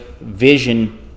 vision